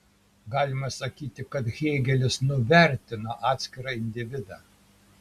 galima sakyti kad hėgelis nuvertino atskirą individą